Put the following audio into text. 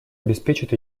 обеспечит